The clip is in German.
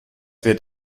wird